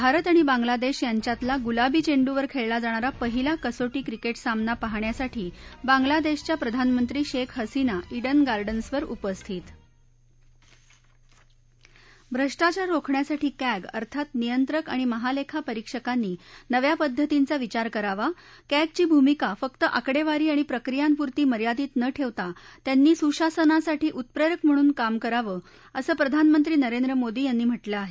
भारत आणि बांगला देश यांच्यातला गुलाबी चेंडूवर खेळला जाणारा पहिला कसोटी क्रिकेट सामना पाहण्यासाठी बांगलादेशाच्या प्रधानमंत्री शेख हसीना डिन गार्डन्सवर उपस्थित भ्रष्टाचार रोखण्यासाठी कॅंग अर्थात नियंत्रक आणि महालेखा परिक्षकांनी नव्या पद्धतींचा विचार करावा कॅंगची भूमिका फक्त आकडेवारी आणि प्रक्रियांपुरती मर्यादित न ठेवता त्यांनी सुशासनासाठी उत्प्रेरक म्हणून करावं असं प्रधानमंत्री नरेंद्र मोदी यांनी म्हटलं आहे